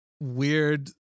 weird